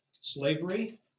slavery